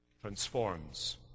transforms